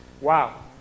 Wow